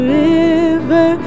river